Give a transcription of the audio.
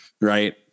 right